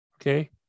Okay